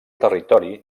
territori